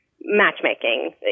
matchmaking